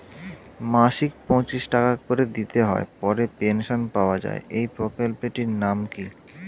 মাসিক পঁচিশ টাকা করে দিতে হয় পরে পেনশন পাওয়া যায় এই প্রকল্পে টির নাম কি?